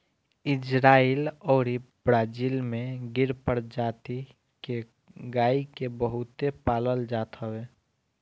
Israel अउरी Brazil में गिर प्रजति के गाई के बहुते पालल जात हवे